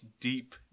Deep